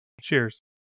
Cheers